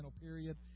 period